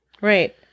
Right